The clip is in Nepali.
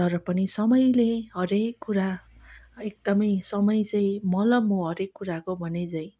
तर पनि समयले हरेक कुरा एकदमै समय चाहिँ मल्हम हो हरेक कुराको भने झैँ